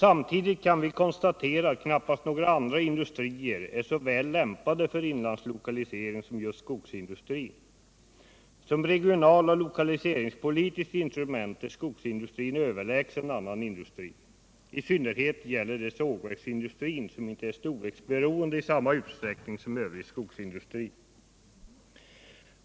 Samtidigt kan vi konstatera att knappast några andra industrier är så väl lämpade för inlandslokalisering som just skogsindustrin. Som regionaloch lokaliseringspolitiskt instrument är skogsindustrin överlägsen annan industri. I synnerhet gäller det sågverksindustrin, som inte är storleksberoende i samma utsträckning som övrig skogsindustri.